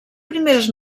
primeres